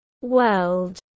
world